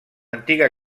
antiga